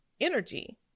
energy